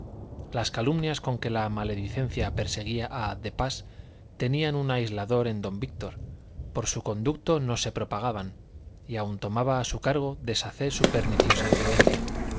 las calumnias con que la maledicencia perseguía a de pas tenían un aislador en don víctor por su conducto no se propagaban y aun tomaba a su cargo deshacer su perniciosa influencia